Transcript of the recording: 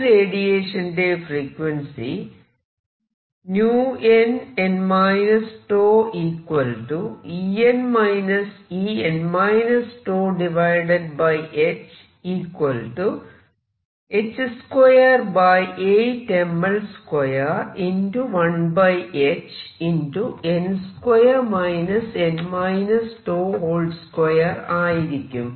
ഈ റേഡിയേഷന്റെ ഫ്രീക്വൻസി ആയിരിക്കും